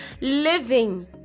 living